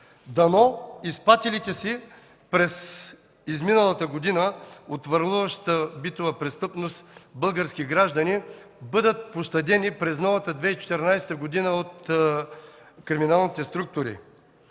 Дано изпатилите през миналата година от върлуващата битова престъпност български граждани бъдат пощадени през новата 2014 г. от криминалните структури.